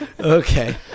Okay